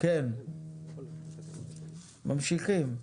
כן ממשיכים.